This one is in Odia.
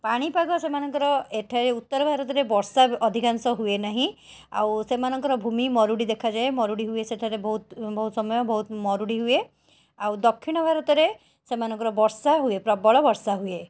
ପାଣିପାଗ ସେମାନଙ୍କର ଏଠାରେ ଉତ୍ତର ଭାରତରେ ବର୍ଷା ଅଧିକାଂଶ ହୁଏ ନାହିଁ ଆଉ ସେମାନଙ୍କର ଭୂମି ମରୁଡ଼ି ଦେଖାଯାଏ ମରୁଡ଼ି ହୁଏ ସେଠାରେ ବହୁତ ବହୁତ ସମୟ ବହୁତ ମରୁଡ଼ି ହୁଏ ଆଉ ଦକ୍ଷିଣ ଭାରତରେ ସେମାନଙ୍କର ବର୍ଷା ହୁଏ ପ୍ରବଳ ବର୍ଷା ହୁଏ